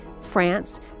France